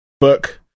book